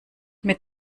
mit